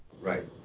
Right